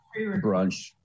brunch